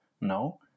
No